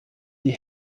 die